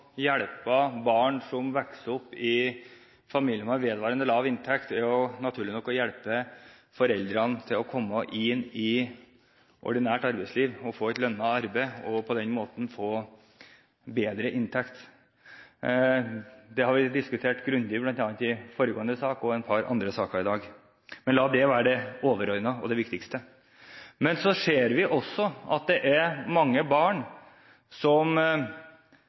hjulpet barn som vokser opp i familier med vedvarende lav inntekt, er naturlig nok å hjelpe foreldrene til å komme inn i ordinært arbeidsliv og få et lønnet arbeid og på den måten få bedre inntekt. Det har vært diskutert grundig bl.a. i foregående sak og i et par andre saker i dag. La det være det overordnede og det viktigste. Men så ser vi også at det er mange barn som